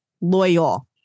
loyal